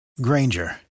Granger